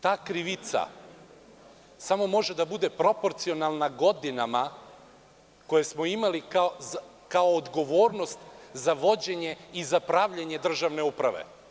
Ta krivica samo može da bude proporcionalna godinama koje smo imali kao odgovornost za vođenje i za pravljenje državne uprave.